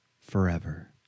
forever